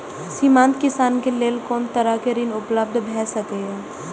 सीमांत किसान के लेल कोन तरहक ऋण उपलब्ध भ सकेया?